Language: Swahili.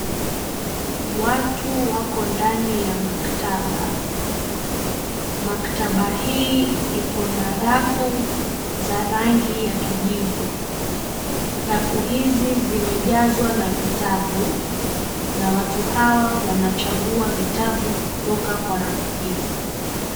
Watu wako ndani ya maktaba. Maktaba hii iko na rafu za rangi ya kijivu. Rafu hizi zimejazwa na vitabu, na watu hawa wanachagua vitabu kutoka kwa rafu hizi.